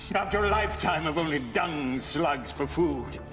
after a lifetime of only dung-slugs for food